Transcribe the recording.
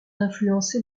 influencer